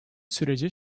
süreci